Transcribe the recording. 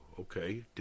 Okay